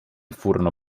furono